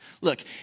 Look